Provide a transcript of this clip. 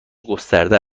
گسترده